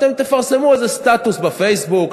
אתם תפרסמו איזה סטטוס בפייסבוק,